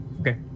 Okay